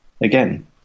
again